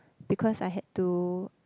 because I had to